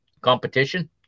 competition